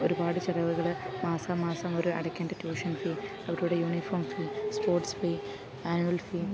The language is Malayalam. ഒരുപാട് ചെലവുകൾ മാസാമാസം അവർ അടയ്ക്കേണ്ട ട്യൂഷൻ ഫീ അവരുടെ uniform fee sports fee annual ഫീ